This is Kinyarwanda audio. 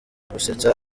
gusetsa